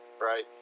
Right